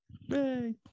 Yay